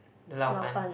the Lao-Ban